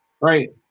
right